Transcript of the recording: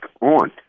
on